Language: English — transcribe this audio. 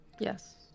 Yes